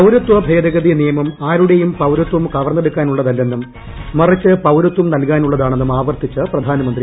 പൌരത്വ ഭേദഗതി നിയമം ആരുടേയും പൌരത്വം കവർന്നെടു ക്കാനുള്ളതല്ലെന്നും മറിച്ച് പൌരത്വം നൽകാനുള്ളതാണെന്നും ആവർത്തിച്ച് പ്രധാനമന്ത്രി നരേന്ദ്രമോദി